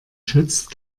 schützt